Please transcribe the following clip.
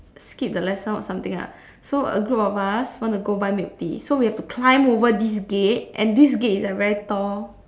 skip the lesson or something lah so a group of us want to go buy milk tea so we have to climb over this gate and this gate is a very tall